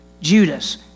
Judas